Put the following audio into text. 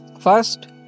first